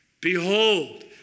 Behold